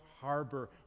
harbor